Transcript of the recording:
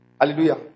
Hallelujah